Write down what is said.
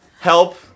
help